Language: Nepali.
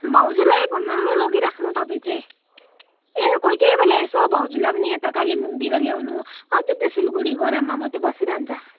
भाउजूलाई घुमाउनु लगिराख्नु तपाईँ चाहिँ ए कोही कोही बेला यसो भाउजूलाई पनि यता कालिम्पोङतिर ल्याउनु कति त्यो सिलगढी गरममा मात्र बसिरहन्छ